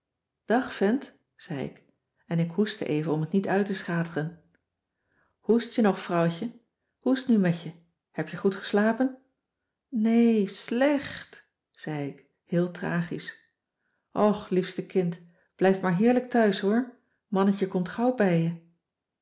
dag vent zei ik en ik hoestte even om t niet uit te schateren hoest je nog vrouwtje hoe is t nu met je heb je goed geslapen nee slèèècht zei ik heel tragisch och liefste kind blijf maar heerlijk thuis hoor mannetje komt gauw bij